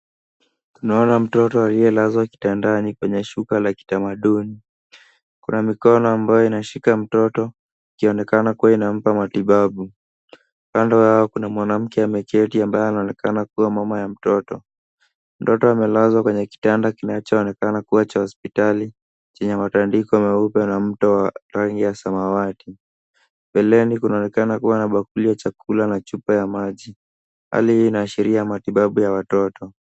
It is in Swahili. Tunaona mtoto aliyelazwa kitandani kwenye shuka la kitamaduni. Kuna mikono ambayo inashikia mtoto ikionekana kuwa inampa matibabu. Kando yao kuna mwanamke ameketi ambaye anaonekana kuwa mama ya mtoto. Mtoto amelazwa kwenye kitanda kinachoonekana kuwa cha hospitali chenye matandiko meupe na mto wa rangi ya samawati. Mbeleni kunaonekana kuwa na bakuli ya chakula na chupa ya maji. Hali hii inaashiria matibabu ya watoto.